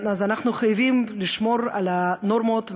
אז אנחנו חייבים לשמור על הנורמות,